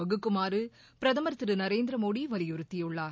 வகுக்குமாறு பிரதமர் திரு நரேந்திரமோடி வலியுறுத்தியுள்ளார்